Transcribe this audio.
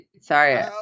Sorry